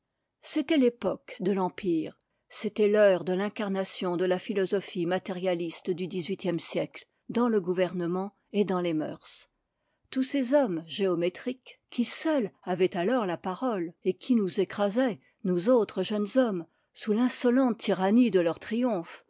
était l'époque de l'empire c'était l heure de l'incarnation de la philosophie matérialiste du dix-huitième siècle dans le gouvernement et dans les mœurs tous ces hommes géométri ques qui seuls avaient alors la parole et qui nous écrasaient nous autres jeunes hommes sous l'insolente tyrannie de leur triomphe